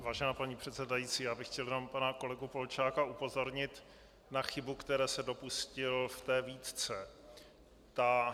Vážená paní předsedající, já bych chtěl jenom pana kolegu Polčáka upozornit na chybu, které se dopustil ve své výtce.